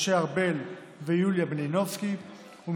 משה ארבל ויוליה מלינובסקי קונין,